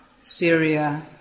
Syria